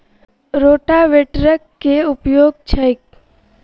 रोटावेटरक केँ उपयोग छैक?